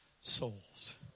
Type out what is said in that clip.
souls